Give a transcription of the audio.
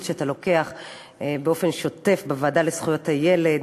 שלך באופן שוטף בוועדה לזכויות הילד,